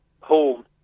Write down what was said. home